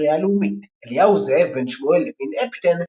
הספרייה הלאומית אליהו זאב בן שמואל לוין-אפשטין,